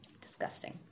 disgusting